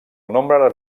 nombre